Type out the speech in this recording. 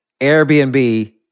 Airbnb